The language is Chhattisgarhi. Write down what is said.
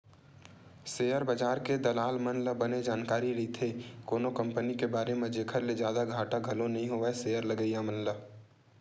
सेयर बजार के दलाल मन ल बने जानकारी रहिथे कोनो कंपनी के बारे म जेखर ले घाटा घलो नइ होवय सेयर लगइया ल